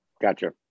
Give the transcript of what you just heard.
Gotcha